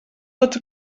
tots